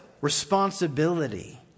responsibility